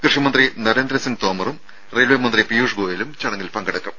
കൃഷിമന്ത്രി നരേന്ദ്രസിംഗ് തോമറും റെയിൽവേ മന്ത്രി പീയൂഷ് ഗോയലും ചടങ്ങിൽ പങ്കെടുക്കും